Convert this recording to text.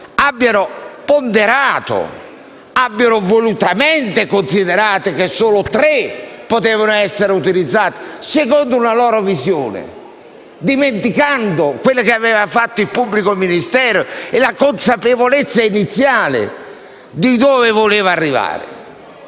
abbiano ponderato e volutamente considerato che solo tre delle intercettazioni potevano essere utilizzate secondo una loro visione, dimenticando quello che aveva fatto il pubblico ministero e la consapevolezza iniziale di dove si voleva arrivare.